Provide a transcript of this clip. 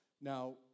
Now